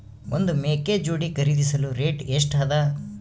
ಒಂದ್ ಮೇಕೆ ಜೋಡಿ ಖರಿದಿಸಲು ರೇಟ್ ಎಷ್ಟ ಅದ?